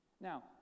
Now